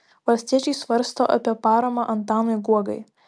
valstiečiai svarsto apie paramą antanui guogai